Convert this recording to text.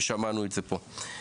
ושמענו את זה פה.